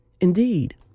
indeed